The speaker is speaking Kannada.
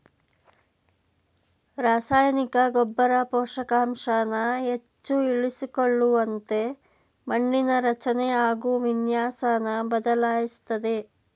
ರಸಾಯನಿಕ ಗೊಬ್ಬರ ಪೋಷಕಾಂಶನ ಹೆಚ್ಚು ಇರಿಸಿಕೊಳ್ಳುವಂತೆ ಮಣ್ಣಿನ ರಚನೆ ಹಾಗು ವಿನ್ಯಾಸನ ಬದಲಾಯಿಸ್ತದೆ